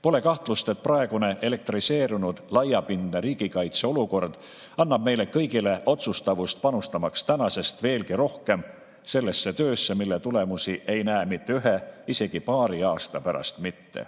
Pole kahtlust, et praegune elektriseerunud laiapindne riigikaitse olukord annab meile kõigile otsustavust, panustamaks tänasest veelgi rohkem sellesse töösse, mille tulemusi ei näe mitte ühe aasta, isegi paari aasta pärast mitte.